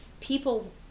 people